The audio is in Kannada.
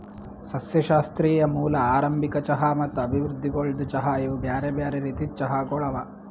ಸಸ್ಯಶಾಸ್ತ್ರೀಯ ಮೂಲ, ಆರಂಭಿಕ ಚಹಾ ಮತ್ತ ಅಭಿವೃದ್ಧಿಗೊಳ್ದ ಚಹಾ ಇವು ಬ್ಯಾರೆ ಬ್ಯಾರೆ ರೀತಿದ್ ಚಹಾಗೊಳ್ ಅವಾ